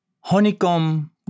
honeycomb